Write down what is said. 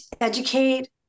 educate